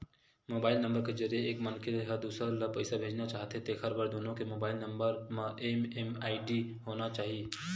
mobile number के जरिए एक मनखे ह दूसर ल पइसा भेजना चाहथे तेखर बर दुनो के मोबईल नंबर म एम.एम.आई.डी होना चाही